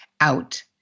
out